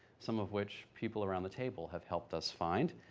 some of which, people around the table have helped us find,